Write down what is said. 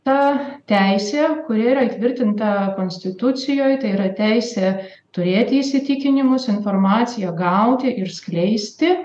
ta teisė kuri yra įtvirtinta konstitucijoj tai yra teisė turėti įsitikinimus informaciją gauti ir skleisti